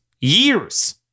Years